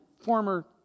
former